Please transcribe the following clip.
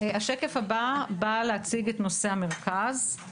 השקף הבא בא להציג את נושא המרכז.